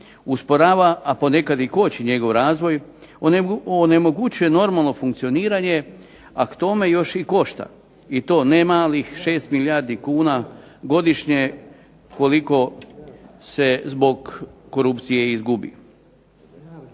usporava a ponekad i koči njegov razvoj, onemogućuje normalno funkcioniranje, a k tome još i košta, i to ne malih 6 milijardi kuna godišnje koliko se zbog korupcije izgubi.